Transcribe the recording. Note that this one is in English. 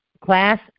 class